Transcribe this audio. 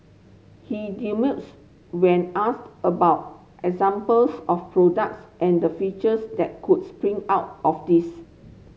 he demurs when asked about examples of products and the features that could spring out of this